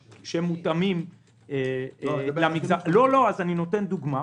שמותאמים ----- לא, אני נותן דוגמה.